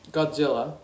Godzilla